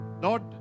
Lord